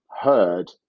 heard